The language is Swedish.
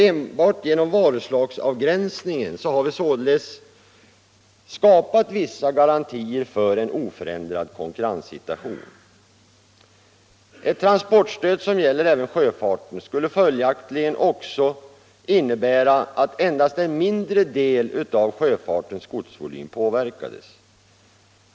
Enbart genom varuslagsavgränsningen har vi således skapat vissa garantier för en oförändrad konkurrenssituation. Ett transportstöd som gäller även sjöfarten skulle följaktligen innebära att endast en mindre del av sjöfartens godsvolym påverkades.